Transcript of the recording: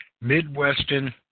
midwestern